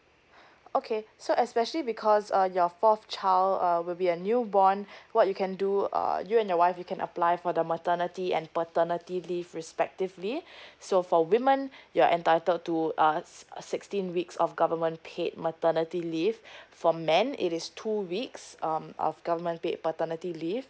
okay so especially because uh your fourth child uh will be a new born what you can do err you and your wife you can apply for the maternity and paternity leave respectively so for women you're entitled to uh sixteen weeks of government paid maternity leave for men it is two weeks um of government paid paternity leave